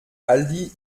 aldi